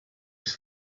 was